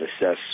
assess